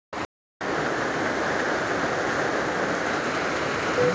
UPI এর মাধ্যমে কি ইউটিলিটি বিল দেওয়া যায়?